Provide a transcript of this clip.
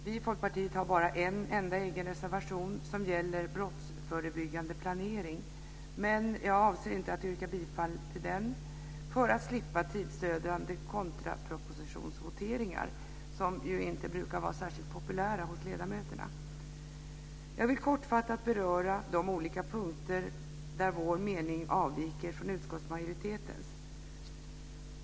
Vi i Folkpartiet har bara en egen reservation, som gäller brottsförebyggande planering. Jag avser inte att yrka bifall till den, för att slippa tidsödande kontrapropositionsvoteringar. De brukar inte vara särskilt populära hos ledamöterna. Jag vill kortfattat beröra de olika punkter där vår mening avviker från utskottsmajoritetens.